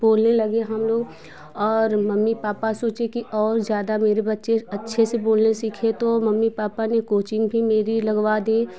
बोलों लगे हम लोग और मम्मी पापा सोचे कि और ज़्यादा मेरे बच्चे अच्छे से बोलना सीखे तो मम्मी पापा ने कोचिंग भी मेरी लगवा दी और